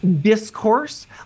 Discourse